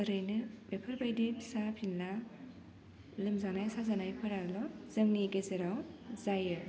ओरैनो बेफोरबायदि फिसा फिनला लोमजानाय साजानायफोराल' जोंनि गेजेराव जायो